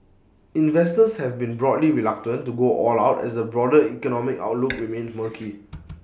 investors have been broadly reluctant to go all out as the broader economic outlook remained murky